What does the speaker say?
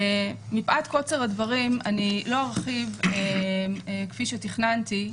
מפאת קוצר הדברים, אני לא ארחיב כפי שתכננתי.